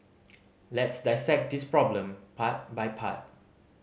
let's dissect this problem part by part